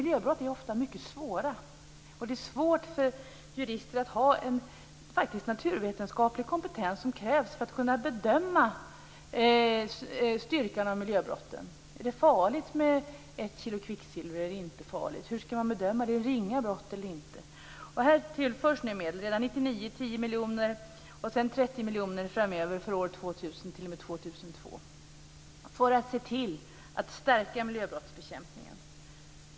Miljöbrott är ju ofta mycket svåra. Det är svårt för jurister att ha en naturvetenskaplig kompetens som faktiskt krävs för att man skall kunna bedöma styrkan i miljöbrotten. Är det farligt eller inte med ett kilo kvicksilver? Hur skall man bedöma det? Är det ett ringa brott eller inte? Här tillförs nu medel. Redan 1999 tillförs 10 miljoner, och sedan tillförs det 30 miljoner framöver för år 2000 t.o.m. år 2002 för att se till att stärka miljöbrottsbekämpningen.